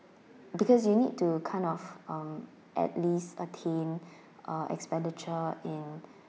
because you need to kind of uh at least attain uh expenditure in